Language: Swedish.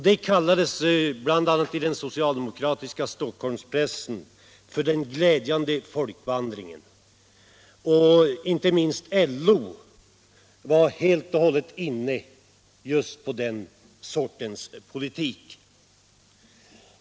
Det kallades, bl.a. i den socialdemokratiska Stockholmspressen, för den glädjande folkvandringen, och inte minst LO var helt inställd på just den sortens politik.